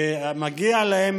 ומגיע להם,